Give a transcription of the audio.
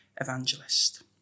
evangelist